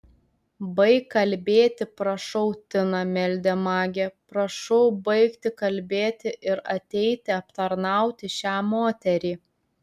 baik kalbėti prašau tina meldė magė prašau baigti kalbėti ir ateiti aptarnauti šią moterį